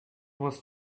was